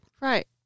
Right